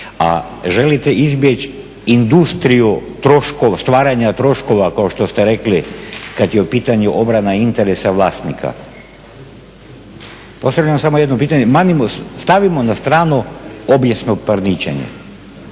a želite izbjeći industriju stvaranja troškova kao što ste rekli kad je u pitanju obrana interesa vlasnika. Postavljam samo jedno pitanje, stavimo na stranu obijesno parničenje.